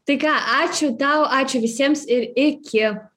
tai ką ačiū tau ačiū visiems ir iki